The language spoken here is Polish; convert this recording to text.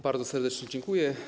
Bardzo serdecznie dziękuję.